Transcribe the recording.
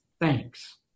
thanks